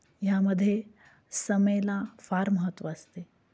ह्यामध्ये समेला फार महत्त्व असते